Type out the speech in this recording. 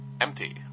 Empty